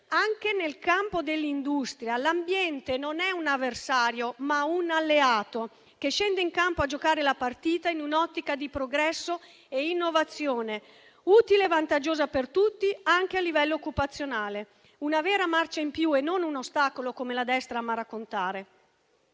Anche nel campo dell'industria, l'ambiente non è un avversario ma un alleato che scende in campo a giocare la partita in un'ottica di progresso e innovazione utile e vantaggiosa per tutti, anche a livello occupazionale: una vera marcia in più e non un ostacolo come la destra ama raccontare.